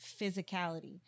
physicality